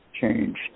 changed